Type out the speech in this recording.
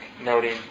noting